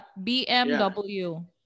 BMW